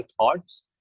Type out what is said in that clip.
thoughts